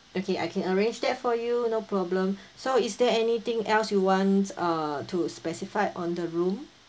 okay I can arrange that for you no problem so is there anything else you want uh to specify on the room